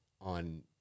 on